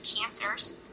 cancers